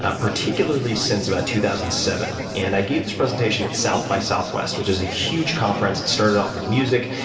ah particularly since about two thousand and seven. and i gave this presentation at south by southwest, which is a huge conference. it started off with music,